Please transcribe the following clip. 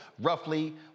roughly